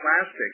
plastic